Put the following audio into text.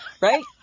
Right